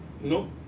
no